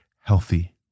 healthy